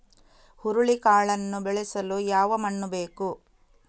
ಹುರುಳಿಕಾಳನ್ನು ಬೆಳೆಸಲು ಯಾವ ಮಣ್ಣು ಬೇಕು?